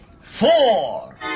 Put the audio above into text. four